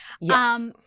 Yes